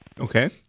Okay